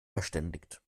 verständigt